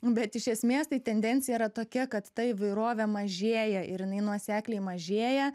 bet iš esmės tai tendencija yra tokia kad ta įvairovė mažėja ir jinai nuosekliai mažėja